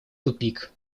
тупик